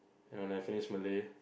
ya when I finish Malay